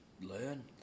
learn